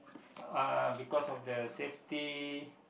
uh because of the safety